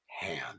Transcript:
hand